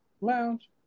lounge